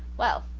well,